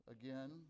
again